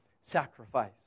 sacrifice